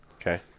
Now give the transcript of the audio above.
Okay